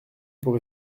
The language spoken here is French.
pour